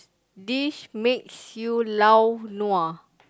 this makes you lao nua